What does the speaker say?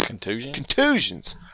contusions